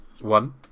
One